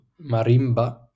marimba